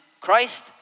Christ